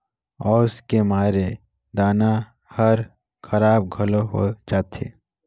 अउस के मारे दाना हर खराब घलो होवे जाथे